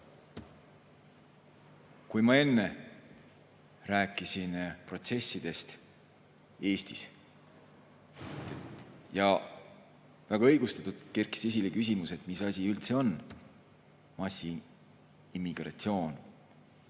Ma enne rääkisin protsessidest Eestis. Väga õigustatult kerkis esile küsimus, mis asi üldse on massiimmigratsioon,